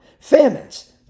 Famines